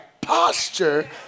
posture